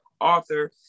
author